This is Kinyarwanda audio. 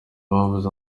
babuze